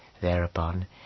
Thereupon